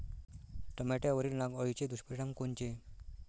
टमाट्यावरील नाग अळीचे दुष्परिणाम कोनचे?